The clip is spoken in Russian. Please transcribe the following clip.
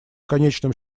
конечном